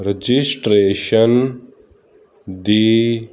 registration the